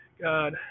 God